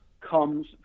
comes